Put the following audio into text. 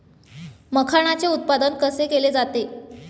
मखाणाचे उत्पादन कसे केले जाते?